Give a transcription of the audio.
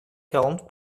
quarante